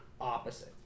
opposite